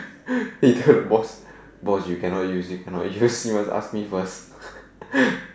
he tell the boss boss you cannot use this you cannot use you must ask me first